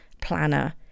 planner